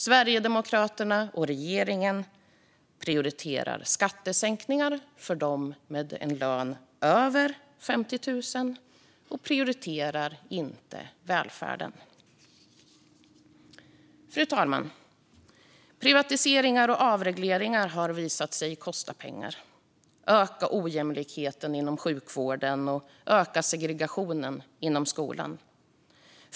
Sverigedemokraterna och regeringen prioriterar skattesänkningar för dem med en lön över 50 000 och prioriterar inte välfärden. Fru talman! Privatiseringar och avregleringar har visat sig kosta pengar, öka ojämlikheten inom sjukvården och öka segregationen inom skolan.